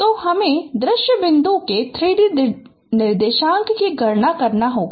तो हमें दृश्य बिंदु के 3D निर्देशांक की गणना करना होगा